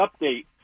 update